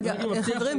(היו"ר לימור מגן תלם) רגע חברים,